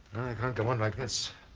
can't go on like this